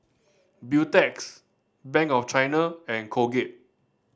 Beautex Bank of China and Colgate